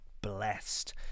blessed